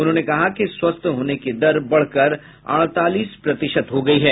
उन्होंने कहा कि स्वस्थ होने की दर बढ़कर अड़तालीस प्रतिशत हो गयी है